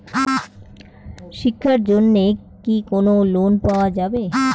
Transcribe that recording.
শিক্ষার জন্যে কি কোনো লোন পাওয়া যাবে?